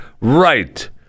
Right